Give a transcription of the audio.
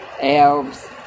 elves